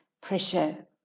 pressure